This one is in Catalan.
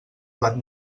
plat